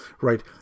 Right